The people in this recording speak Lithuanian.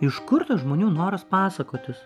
iš kur tas žmonių noras pasakotis